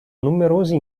numerosi